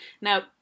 Now